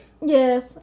Yes